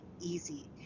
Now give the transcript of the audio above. easy